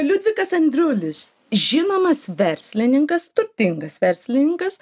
liudvikas andriulis žinomas verslininkas turtingas verslininkas